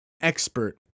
expert